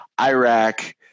Iraq